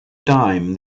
dime